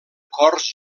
cors